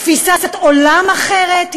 תפיסת עולם אחרת,